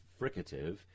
fricative